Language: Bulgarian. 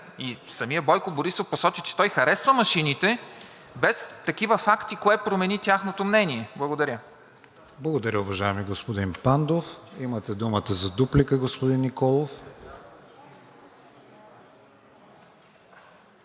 и самият Бойко Борисов посочи, че той харесва машините, без такива факти, кое промени тяхното мнение? Благодаря. ПРЕДСЕДАТЕЛ КРИСТИАН ВИГЕНИН: Благодаря, уважаеми господин Пандов. Имате думата за дуплика, господин Николов.